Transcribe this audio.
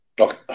Okay